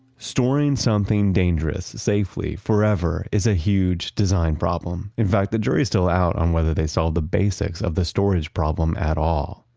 storing something dangerous safely, forever is a huge design problem. in fact, the jury's still out on whether they solved the basics of the storage problem at all.